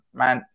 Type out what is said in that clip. man